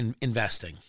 investing